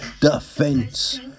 defense